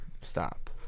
Stop